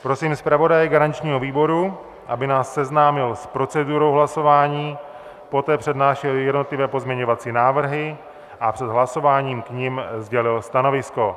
Prosím zpravodaje garančního výboru, aby nás seznámil s procedurou hlasování, poté přednášel jednotlivé pozměňovací návrhy a před hlasováním k nim sdělil stanovisko.